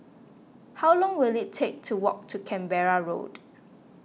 how long will it take to walk to Canberra Road